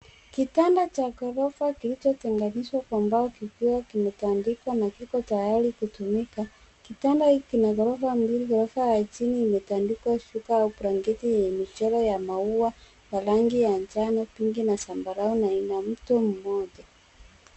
Kitanda cha ghorofa kilichotenganishwa kwa mbao kikiwa kimetandikwa na kiko tayari kutumika. Kitanda hiki kina ghorofa mbili, ghorofa ya chini imetandikwa shuka au blanketi yenye michoro ya maua na rangi ya njano, pinki na zambarau na ina mtu mmoja.